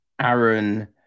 Aaron